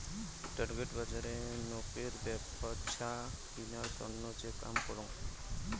target বজারে নোকের ব্যপছা কিনার তন্ন যে কাম করং